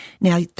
Now